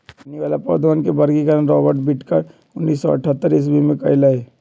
पानी वाला पौधवन के वर्गीकरण रॉबर्ट विटकर ने उन्नीस सौ अथतर ईसवी में कइलय